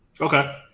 Okay